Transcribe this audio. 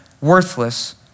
worthless